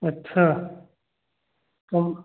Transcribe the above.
अच्छा तो हम